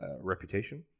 reputation